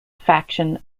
faction